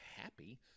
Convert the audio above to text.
happy